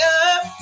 up